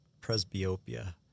presbyopia